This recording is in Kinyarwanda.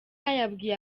yabwiye